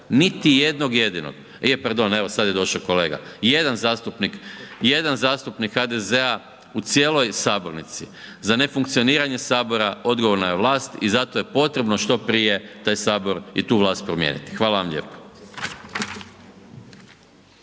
sad je došao kolega. Jedan zastupnik HDZ-a u cijeloj sabornici. Za nefunkcioniranje Sabora odgovorna je vlast i zato je potrebno što prije taj Sabor i tu vlast promijeniti. Hvala vam lijepo.